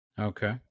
Okay